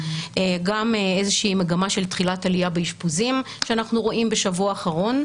גם איזושהי מגמה של תחילת עלייה באשפוזים שאנחנו רואים בשבוע האחרון.